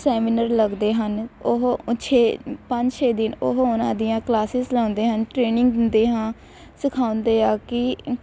seminar ਲੱਗਦੇ ਹਨ ਉਹ ਛੇ ਪੰਜ ਛੇ ਦਿਨ ਉਹ ਉਹਨਾਂ ਦੀਆਂ ਕਲਾਸਿਸ ਲਾਉਂਦੇ ਹਨ ਟ੍ਰੇਨਿੰਗ ਦਿੰਦੇ ਹਾਂ ਸਿਖਾਉਂਦੇ ਹਾਂ ਕਿ